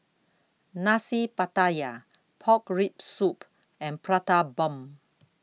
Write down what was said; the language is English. Nasi Pattaya Pork Rib Soup and Prata Bomb